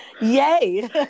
Yay